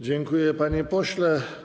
Dziękuję, panie pośle.